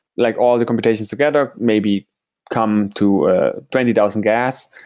like all the computations together maybe come to twenty thousand gas,